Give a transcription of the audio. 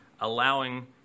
allowing